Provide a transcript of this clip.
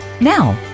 Now